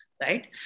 right